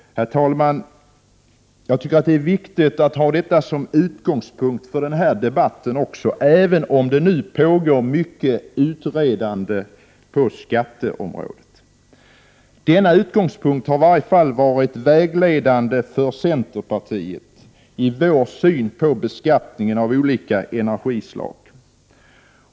Herr talman! Jag tycker att det är viktigt att ha detta som utgångspunkt också för denna debatt, även om det nu pågår mycket utredande på skatteområdet. Denna utgångspunkt har i varje fall varit vägledande för centerpartiet i vår syn på beskattningen av olika energislag.